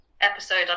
episode